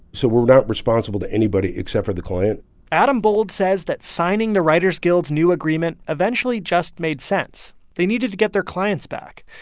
so we're not responsible to anybody except for the client adam bold says that signing the writers guild's new agreement eventually just made sense. they needed to get their clients back.